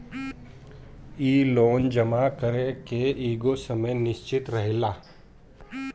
इ लोन जमा करे के एगो समय निश्चित रहेला